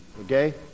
okay